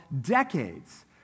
decades